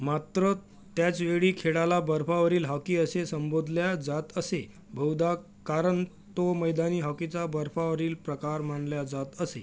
मात्र त्याच वेळी खेळाला बर्फावरील हॉकी असे संबोधल्या जात असे बहुदा कारण तो मैदानी हॉकीचा बर्फावरील प्रकार मानल्या जात असे